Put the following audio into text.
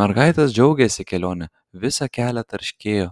mergaitės džiaugėsi kelione visą kelią tarškėjo